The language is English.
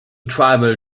tribal